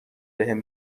بهم